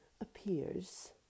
appears